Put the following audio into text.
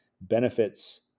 benefits